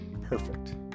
Perfect